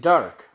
Dark